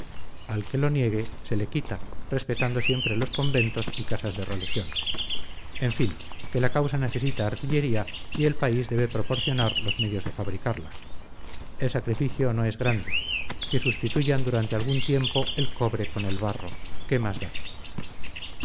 al que lo niegue se le quita respetando siempre los conventos y casas de religión en fin que la causa necesita artillería y el país debe proporcionar los medios de fabricarla el sacrificio no es grande que sustituyan durante algún tiempo el cobre con el barro qué